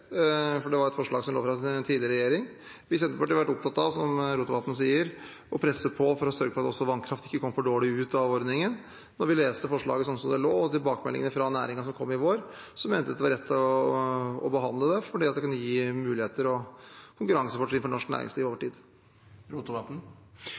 Det var et forslag som lå fra den tidligere regjeringen. Vi i Senterpartiet har vært opptatt av, som Rotevatn sier, å presse på for å sørge for at vannkraft ikke kom for dårlig ut av ordningen. Da vi leste forslaget slik som det lå, og tilbakemeldingene fra næringen som kom i vår, mente vi det var rett å behandle det, for det kunne gi muligheter og konkurransefortrinn for norsk næringsliv over